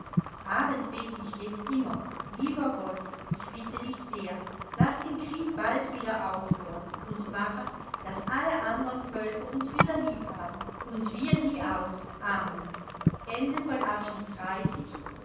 abends bete ich jetzt immer lieber gott ich bitte dich sehr laß den krieg bald wieder aufhören und mache daß alle andern völker uns wieder lieb haben und wir sie auch amen